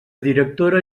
directora